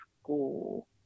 school